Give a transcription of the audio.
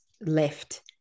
left